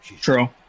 True